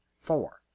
Four